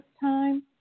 time